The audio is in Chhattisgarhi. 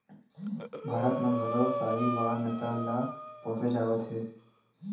भारत म घलो साहीवाल नसल ल पोसे जावत हे